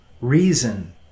reason